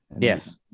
yes